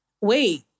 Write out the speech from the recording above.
wait